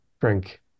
drink